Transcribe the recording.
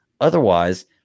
Otherwise